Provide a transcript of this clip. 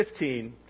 15